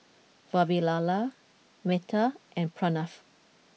Vavilala Medha and Pranav